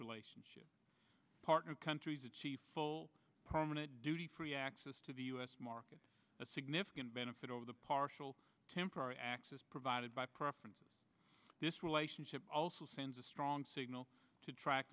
relationship partner countries achieve full permanent duty free access to the u s market a significant benefit over the partial temporary access provided by preference this relationship also sends a strong signal to track